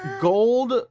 gold